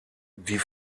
die